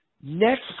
next